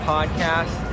Podcast